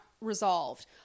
resolved